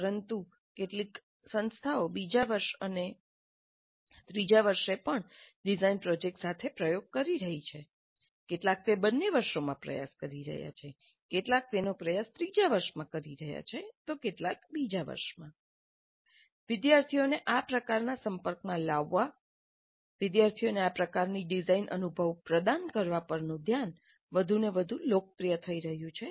પરંતુ કેટલીક સંસ્થાઓ બીજા વર્ષ અને અથવા ત્રીજા વર્ષે પણ ડિઝાઇન પ્રોજેક્ટ સાથે પ્રયોગ કરી રહી છે કેટલાક તે બંને વર્ષોમાં પ્રયાસ કરી રહ્યાં છે કેટલાક તેનો પ્રયાસ ત્રીજા વર્ષમાં કરી રહ્યાં છે તો કેટલાક બીજા વર્ષમાં વિદ્યાર્થીઓને આ પ્રકારના સંપર્કમાં લાવવા વિદ્યાર્થીઓને આ પ્રકારનાં ડિઝાઇન અનુભવ પ્રદાન કરવા પરનું ધ્યાન વધુને વધુ લોકપ્રિય થઈ રહ્યું છે